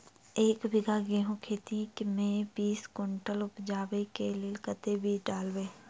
एक बीघा गेंहूँ खेती मे बीस कुनटल उपजाबै केँ लेल कतेक बीज डालबै?